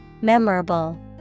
Memorable